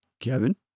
Kevin